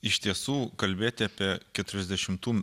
iš tiesų kalbėti apie keturiasdešimtų